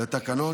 לתקנון,